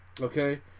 okay